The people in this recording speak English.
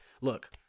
look